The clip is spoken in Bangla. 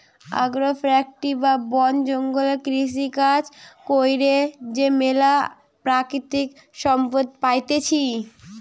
আগ্রো ফরেষ্ট্রী বা বন জঙ্গলে কৃষিকাজ কইরে যে ম্যালা প্রাকৃতিক সম্পদ পাইতেছি